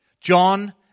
John